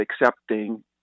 accepting